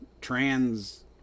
trans